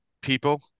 people